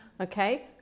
Okay